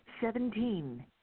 Seventeen